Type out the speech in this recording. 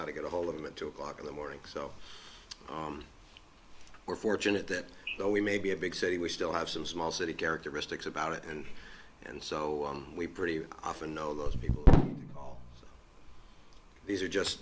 how to get a hold of him at two o'clock in the morning so we're fortunate that though we may be a big city we still have some small city characteristics about it and and so we pretty often know those people all these are just